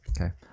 Okay